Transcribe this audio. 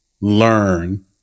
learn